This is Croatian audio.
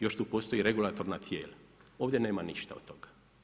Još tu postoje regulatorna tijela, ovdje nema ništa od toga.